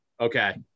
Okay